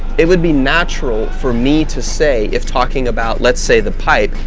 it would be natural for me to say if talking about, let's say the pipe,